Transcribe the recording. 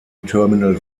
terminal